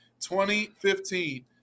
2015